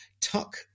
Tuck